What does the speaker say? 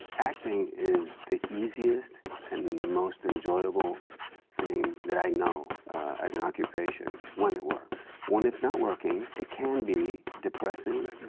acting is the easiest and most enjoyable thing that i know as an occupation, when it works. when it's not working, it can be depressing,